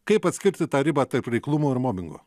kaip atskirti tą ribą tarp reiklumo ir mobingo